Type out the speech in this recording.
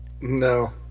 No